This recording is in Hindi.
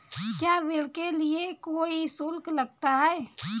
क्या ऋण के लिए कोई शुल्क लगता है?